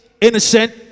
Innocent